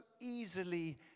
easily